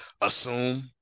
assume